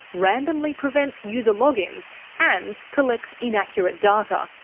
randomly prevents user logins and collects inaccurate data,